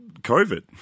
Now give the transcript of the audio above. COVID